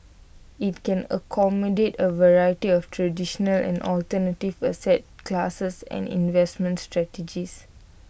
IT can accommodate A variety of traditional and alternative asset classes and investment strategies